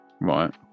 Right